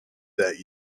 that